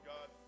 God